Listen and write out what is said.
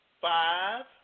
five